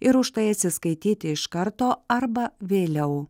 ir užtai atsiskaityti iš karto arba vėliau